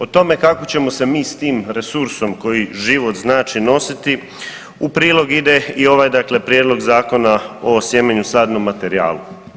O tome kako ćemo se mi s tim resursom koji život znači nositi u prilog ide i ovaj dakle prijedlog Zakona o sjemenu i sadnom materijalu.